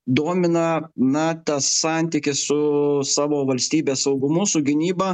domina na tas santykis su savo valstybės saugumu su gynyba